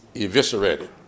Eviscerated